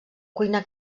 cuina